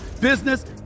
business